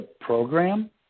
program